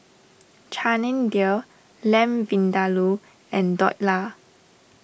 Chana Dal Lamb Vindaloo and Dhokla